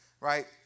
right